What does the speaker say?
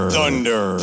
Thunder